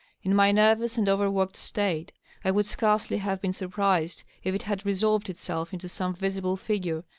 in my nervous and overworked state i would scarcely have been surprised if it had resolved itself into some visible figure,